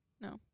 No